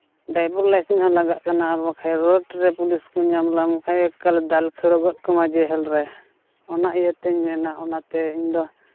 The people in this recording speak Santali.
ᱰᱨᱟᱭᱵᱷᱤᱝ ᱞᱟᱭᱥᱮᱱᱥ ᱦᱚᱸ ᱞᱟᱜᱟᱜ ᱠᱟᱱᱟ ᱟᱨ ᱵᱟᱠᱷᱟᱡ ᱦᱚᱸ ᱨᱳᱰ ᱨᱮ ᱯᱩᱞᱤᱥ ᱧᱟᱢ ᱞᱟᱢ ᱠᱷᱟᱡ ᱫᱟᱞ ᱠᱷᱟᱹᱲ ᱜᱚᱫ ᱠᱟᱢᱟᱭ ᱡᱮᱦᱮᱞ ᱨᱮ ᱚᱱᱟ ᱤᱭᱟᱹ ᱛᱤᱧ ᱢᱮᱱᱟ ᱚᱱᱟᱛᱮ ᱤᱧᱫᱚ